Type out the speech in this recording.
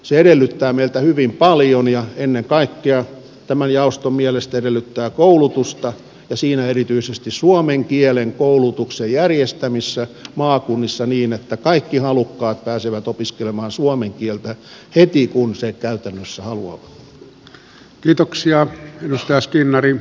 se edellyttää meiltä hyvin paljon ja ennen kaikkea tämän jaoston mielestä se edellyttää koulutusta ja siinä erityisesti suomen kielen koulutuksen järjestämistä maakunnissa niin että kaikki halukkaat pääsevät opiskelemaan suomen kieltä heti kun sitä käytännössä haluavat